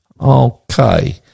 Okay